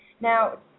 Now